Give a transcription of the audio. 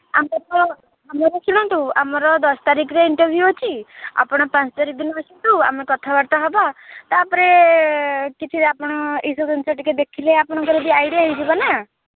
ଆମର ଆମର ଶୁଣନ୍ତୁ ଆମର ଦଶ ତାରିଖରେ ଇଣ୍ଟରଭିଉ ଅଛି ଆପଣ ପାଞ୍ଚ ତାରିଖ ଦିନ ଆସନ୍ତୁ ଆମେ କଥାବାର୍ତ୍ତା ହେବା ତା'ପରେ କିଛି ଆପଣ ଏହିସବୁ ଜିନିଷ ଟିକେ ଦେଖିଲେ ଆପଣଙ୍କର ବି ଆଇଡ଼ିଆ ହେଇଯିବ ନାଁ